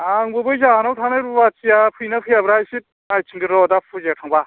आंबो बै जाहानाव थानाय रुवाथिया फैयोना फैयाब्रा एसे नायथिंगोन र' दा फुजायाव थांब्ला